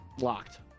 Locked